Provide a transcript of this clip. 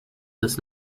des